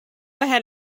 ahead